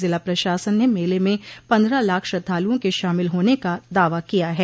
जिला प्रशासन ने मेले में पंद्रह लाख श्रद्धालुओं के शामिल होने का दावा किया है